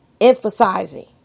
Emphasizing